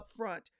upfront